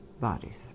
bodies